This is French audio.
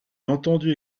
entendu